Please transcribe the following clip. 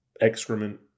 excrement